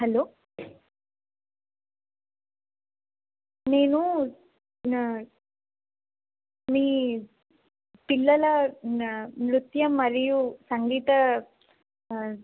hello నేను నా మీ పిల్లల నృత్యం మరియు సంగీత